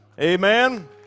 Amen